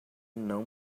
não